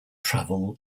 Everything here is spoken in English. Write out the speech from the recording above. travel